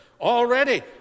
Already